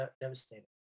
devastating